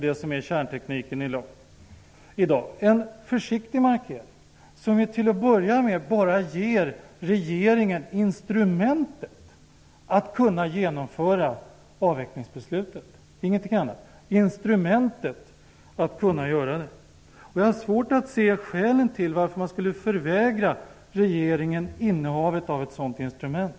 Det skall vara en försiktig markering som till en början bara ger regeringen instrumentet för att kunna genomföra avvecklingsbeslutet -- ingenting annat än instrumentet för att kunna göra det. Jag har svårt att se skälen till att man skulle förvägra regeringen innehavet av ett sådant instrument.